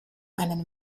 einen